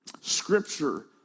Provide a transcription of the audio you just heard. Scripture